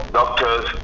doctors